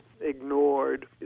ignored